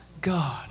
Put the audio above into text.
God